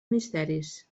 misteris